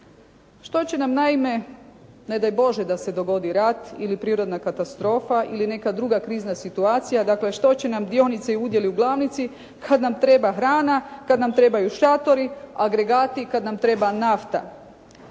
Što će nam naime ne daj Bože da se dogodi rat ili prirodna katastrofa ili neka druga krizna situacija. Dakle, što će nam dionice i udjeli u glavnici kad nam treba hrana, kad nam trebaju šatori, agregati, kad nam treba nafta.